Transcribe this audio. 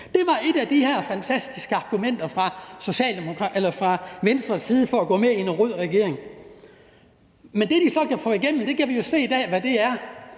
Det var et af de her fantastiske argumenter fra Venstres side for at gå med i en rød regering. Men det, de så kan få igennem, kan vi jo se i dag hvad er,